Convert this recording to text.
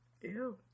Ew